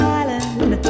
island